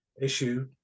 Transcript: issue